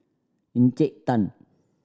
Encik Tan